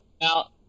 Now